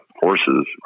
horses